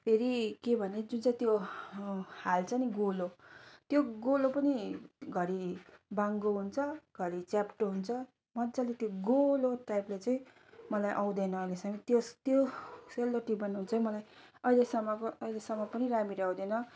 फेरि के भने जुन चाहिँ त्यो हाल्छ नि गोलो त्यो गोलो पनि घरि बाङ्गो हुन्छ घरि च्याप्टो हुन्छ मज्जाले त्यो गोलो टाइपले चाहिँ मलाई आउँदैन अहिलेसम्म त्यस त्यो सेलरोटी बनाउनु चाहिँ मलाई अहिलेसम्मको अहिलेसम्म पनि राम्ररी आउँदैन